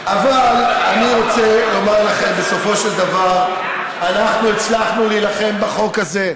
אבל אני רוצה לומר לכם: בסופו של דבר אנחנו הצלחנו להילחם בחוק הזה,